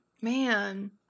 man